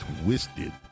twisted